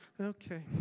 Okay